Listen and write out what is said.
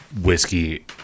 whiskey